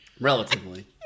Relatively